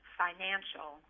financial